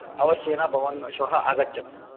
अवश्यं भवान् श्वः आगच्छतु